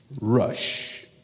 rush